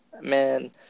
Man